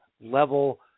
level